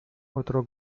otro